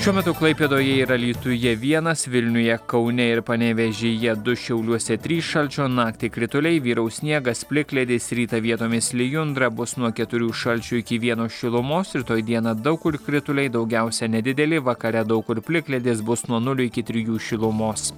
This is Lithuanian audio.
šiuo metu klaipėdoje ir alytuje vienas vilniuje kaune ir panevėžyje du šiauliuose trys šalčio naktį krituliai vyraus sniegas plikledis rytą vietomis lijundra bus nuo keturių šalčio iki vieno šilumos rytoj dieną daug kur krituliai daugiausiai nedideli vakare daug kur plikledis bus nuo nulio iki trijų šilumos